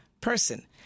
person